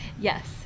Yes